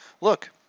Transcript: look